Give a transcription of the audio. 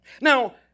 Now